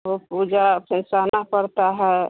तो पूजा फ़िर सहना पड़ता है